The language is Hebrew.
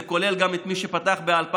זה כולל גם את מי שפתח ב-2020,